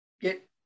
get